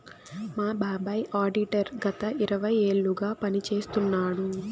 మా బాబాయ్ ఆడిటర్ గత ఇరవై ఏళ్లుగా పని చేస్తున్నాడు